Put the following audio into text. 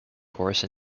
course